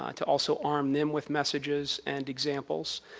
um to also arm them with messages and examples.